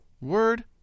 Word